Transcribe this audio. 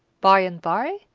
by and by,